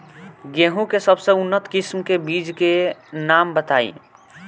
गेहूं के सबसे उन्नत किस्म के बिज के नाम बताई?